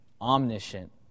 omniscient